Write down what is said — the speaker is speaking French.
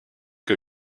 que